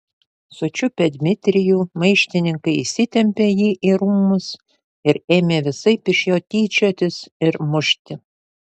sučiupę dmitrijų maištininkai įsitempė jį į rūmus ir ėmė visaip iš jo tyčiotis ir mušti